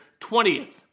20th